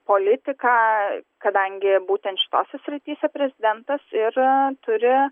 politiką kadangi būtent šitose srityse prezidentas ir turi